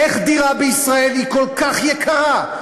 איך דירה בישראל היא כל כך יקרה?